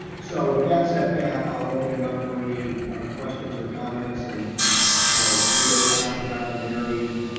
so with that said, pat, i'll open it up for any questions or comments and you know rita, tom, john, mary.